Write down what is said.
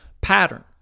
pattern